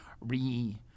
re-